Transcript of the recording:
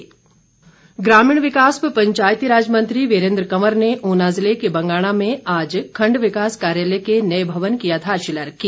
वीरेन्द्र कंवर ग्रामीण विकास व पंचायतीराज मंत्री वीरेन्द्र कंवर ने ऊना ज़िले के बंगाणा में आज खंड विकास कार्यालय के नए भवन की आधारशिला रखी